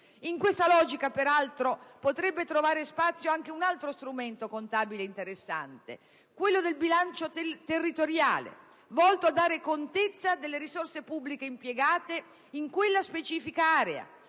In questa logica, peraltro, potrebbe trovare spazio anche un altro strumento contabile interessante, quello del bilancio territoriale, volto a dare contezza delle risorse pubbliche impiegate in quella specifica area,